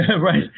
right